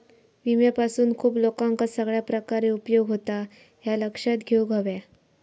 विम्यापासून खूप लोकांका सगळ्या प्रकारे उपयोग होता, ह्या लक्षात घेऊक हव्या